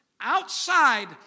outside